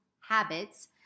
habits